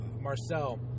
Marcel